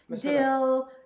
dill